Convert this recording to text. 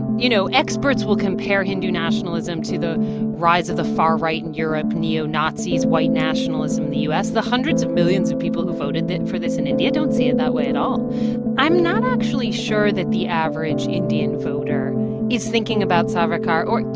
you know, experts will compare hindu nationalism to the rise of the far-right in europe, neo-nazis, white nationalism in the u s. the hundreds of millions of people who voted for this in india don't see it that way at all i'm not actually sure that the average indian voter is thinking about savarkar or,